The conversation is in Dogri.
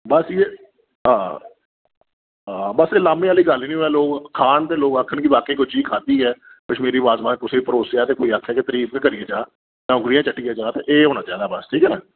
बस इ'यै हां बस हां एह् ल्हामें आह्ली गल्ल नी होऐ लोक खान ते लोक आखन कि बाकेआ कोई चीज खाद्धी ऐ कश्मीरी बाजवान कुसै परोसेआ ते कोई आक्खै ते तरीफ ही करियै जा औंगलियां चट्टियै जा ते एह् होना चाहिदा बस ठीक ऐ ना